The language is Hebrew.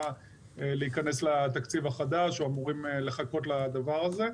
להיכנס לתקציב החדש או אמורים לחכות לדבר הזה,